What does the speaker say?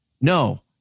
No